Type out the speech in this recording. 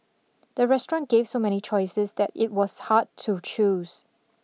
the restaurant gave so many choices that it was hard to choose